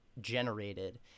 generated